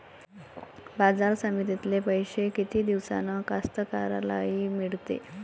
बाजार समितीतले पैशे किती दिवसानं कास्तकाराइले मिळते?